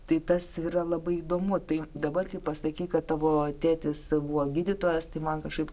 tai tas yra labai įdomu tai dabar čia pasakyk kad tavo tėtis buvo gydytojas tai man kažkaip